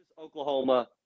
Oklahoma